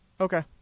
Okay